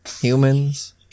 humans